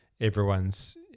Everyone's